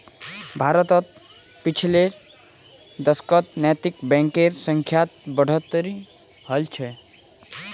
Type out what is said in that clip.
भारतत पिछले दशकत नैतिक बैंकेर संख्यात बढ़ोतरी हल छ